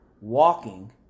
Walking